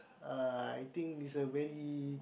uh I think it's a very